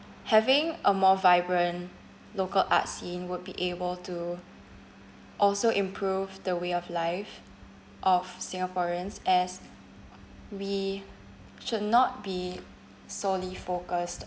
having a more vibrant local art scene would be able to also improve the way of life of singaporeans as we should not be solely focused